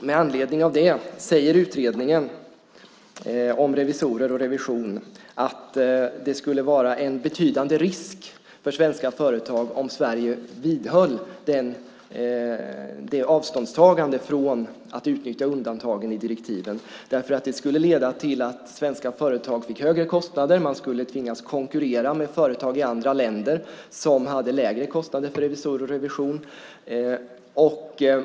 Med anledning av det säger utredningen om revisorer och revision att det skulle vara en betydande risk för svenska företag om Sverige vidhöll avståndstagandet från att utnyttja undantagen i direktiven. Det skulle leda till att svenska företag fick högre kostnader. Man skulle tvingas konkurrera med företag i andra länder som hade lägre kostnader för revisorer och revision.